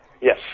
Yes